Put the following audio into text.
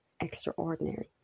extraordinary